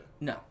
No